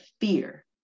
fear